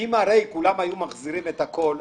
אם כולם היו מחזירים את הכסף,